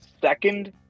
second